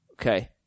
Okay